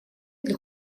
для